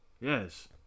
Yes